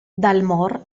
dalmor